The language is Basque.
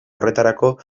horretarako